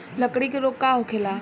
लगड़ी रोग का होखेला?